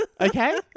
okay